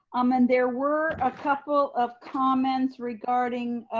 um and there were a couple of comments regarding